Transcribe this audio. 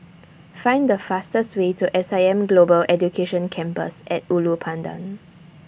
Find The fastest Way to S I M Global Education Campus At Ulu Pandan